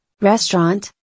Restaurant